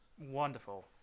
Wonderful